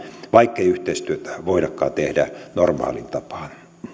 vaikkei yhteistyötä voidakaan tehdä normaaliin tapaan